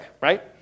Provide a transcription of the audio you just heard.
right